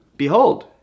Behold